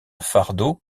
fardeau